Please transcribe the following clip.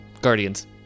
Guardians